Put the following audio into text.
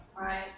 Right